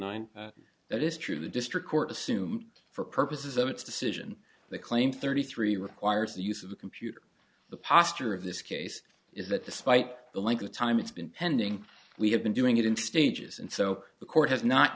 nine that is true the district court assume for purposes of its decision the claim thirty three requires the use of the computer the posture of this case is that despite the length of time it's been pending we have been doing it in stages and so the court has not